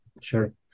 sure